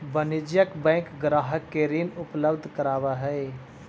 वाणिज्यिक बैंक ग्राहक के ऋण उपलब्ध करावऽ हइ